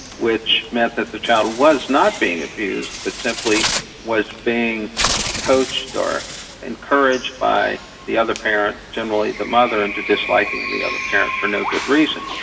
which meant that the child was not being abused, but simply was being coached or encouraged by the other parent, generally the mother, into disliking the other parent for no good reason.